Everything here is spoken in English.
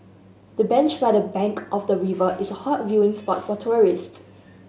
the bench by the bank of the river is a hot viewing spot for tourists